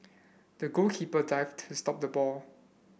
the goalkeeper dived to stop the ball